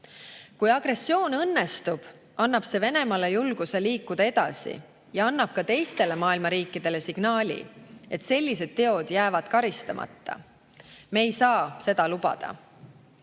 Kui agressioon õnnestub, annab see Venemaale julguse liikuda edasi ja annab ka teistele maailma riikidele signaali, et sellised teod jäävad karistamata. Me ei saa seda lubada.